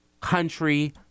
country